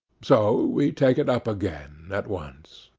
so we take it up again at once.